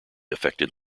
affected